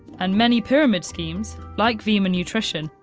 and many pyramid schemes, like vemma nutrition,